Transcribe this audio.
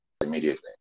immediately